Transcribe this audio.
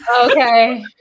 Okay